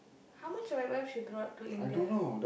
how much wet wipe she brought to India